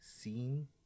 seen